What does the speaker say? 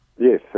yes